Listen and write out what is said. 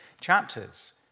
chapters